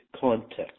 context